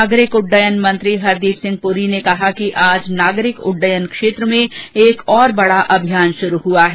नागरिक उड्डयन मंत्री हरदीप सिंह पुरी ने कहा है कि आज नागरिक उड्डयन क्षेत्र में एक और बड़ा अभियान शुरू हुआ है